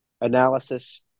analysis